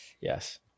yes